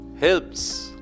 helps